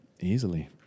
Easily